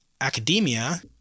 academia